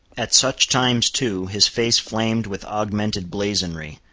at such times, too, his face flamed with augmented blazonry,